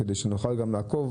כדי שנוכל גם לעקוב,